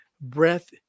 Breath